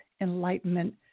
enlightenment